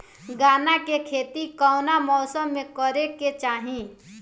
गन्ना के खेती कौना मौसम में करेके चाही?